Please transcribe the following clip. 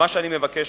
מה שאני מבקש